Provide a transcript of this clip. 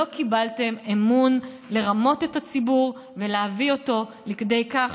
לא קיבלתם אמון לרמות את הציבור ולהביא אותו לכדי כך